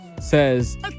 says